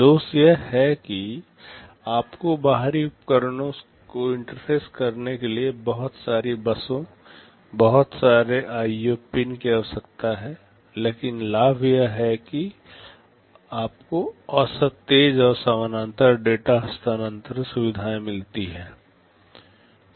दोष यह है कि आपको बाहरी उपकरणों को इंटरफ़ेस करने के लिए बहुत सारी बसों बहुत सारे आईओ पिन की आवश्यकता है लेकिन लाभ यह है कि आपको औसत तेज़ और समानांतर डेटा हस्तांतरण सुबिधाएँ मिलती है